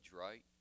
right